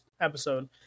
episode